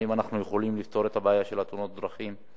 האם אנחנו יכולים לפתור את הבעיה של תאונות הדרכים,